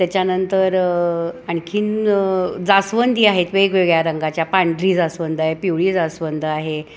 त्याच्यानंतर आणखी जास्वंदी आहेत वेगवेगळ्या रंगाच्या पांढरी जास्वंद आहे पिवळी जास्वंद आहे